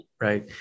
right